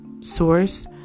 source